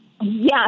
Yes